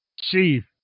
Chief